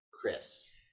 Chris